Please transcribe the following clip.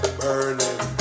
burning